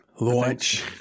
Launch